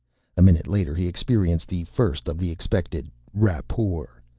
a minute later he experienced the first of the expected rapport.